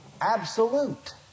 absolute